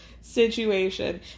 situation